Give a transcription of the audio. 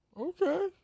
Okay